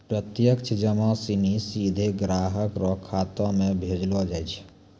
प्रत्यक्ष जमा सिनी सीधे ग्राहक रो खातो म भेजलो जाय छै